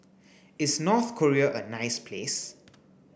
is North Korea a nice place